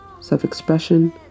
self-expression